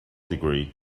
degree